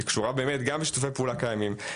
היא קשורה גם בשיתופי פעולה קיימים,